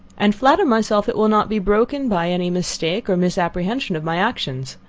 and flatter myself it will not be broken by any mistake or misapprehension of my actions.